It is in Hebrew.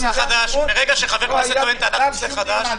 מרגע שחבר כנסת טוען טענת נושא חדש,